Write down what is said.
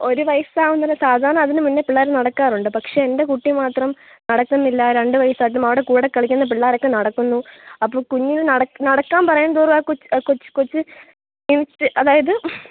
ഒരു വയസ്സാവുന്നത് സാധാരണ അതിന് മുന്നേ പിള്ളാർ നടക്കാറുണ്ട് പക്ഷെ എൻ്റെ കുട്ടി മാത്രം നടക്കുന്നില്ല രണ്ട് വയസ്സായിട്ടും അവിടെ കൂടെ കളിക്കുന്ന പിള്ളേരൊക്കെ നടക്കുന്നു അപ്പോൾ കുഞ്ഞിന് നടക്കാൻ പറയും തോറും ആ കൊച്ച് ക്ഷീണിച്ചിട്ട് അതായത്